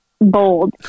Bold